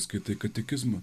skaitai katekizmą